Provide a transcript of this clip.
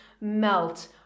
melt